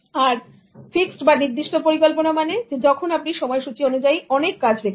আর fixed পরিকল্পনা মানে যখন আপনি সময়সূচি অনুযায়ী অনেক কাজ রেখেছেন